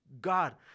god